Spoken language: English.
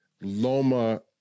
Loma